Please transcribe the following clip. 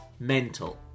Mental